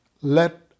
Let